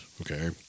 Okay